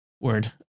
Word